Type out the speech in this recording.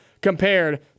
compared